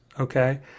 okay